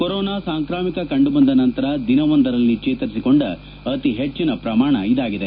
corona ಸಾಂಕ್ರಾಮಿಕ ಕಂಡುಬಂದ ನಂತರ ದಿನವೊಂದರಲ್ಲಿ ಚೇತರಿಸಿಕೊಂಡ ಅತಿ ಹೆಚ್ಚಿನ ಪ್ರಮಾಣ ಇದಾಗಿದೆ